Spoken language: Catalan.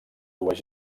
dues